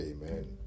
Amen